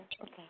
Okay